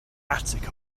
attic